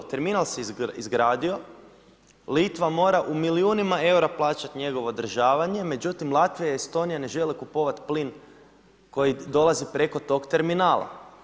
Terminal se izgradio, Litva mora u milijunima eura plaćati njegovo održavanje, međutim Latvija i Estonija ne žele kupovati plin koji dolazi preko tog terminala.